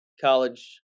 college